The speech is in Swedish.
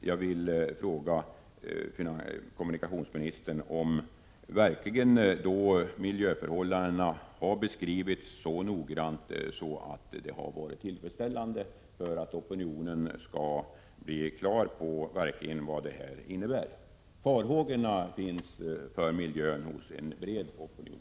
Jag vill fråga kommunikationsministern om miljökonsekvenserna verkligen har beskrivits på ett tillfredsställande sätt och så noggrant att opinionen har kunnat bli på det klara med vad detta vägbygge innebär? Det finns farhågor för miljön hos en bred opinion.